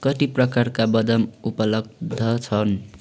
कति प्रकारका बदाम उपलब्ध छन्